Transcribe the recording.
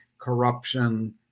corruption